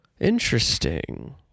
Interesting